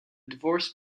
divorce